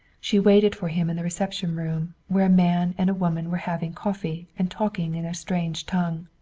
she waited for him in the reception room, where a man and a woman were having coffee and talking in a strange tongue.